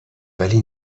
ولی